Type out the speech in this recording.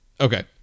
Okay